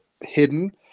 hidden